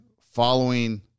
following